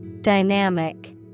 Dynamic